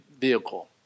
vehicle